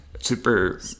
super